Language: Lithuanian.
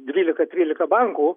dvylika trylika bankų